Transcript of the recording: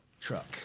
truck